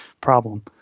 problem